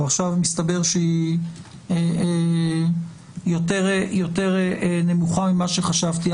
ועכשיו מסתבר שהיא יותר נמוכה ממה שחשבתי.